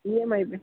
E M I پہ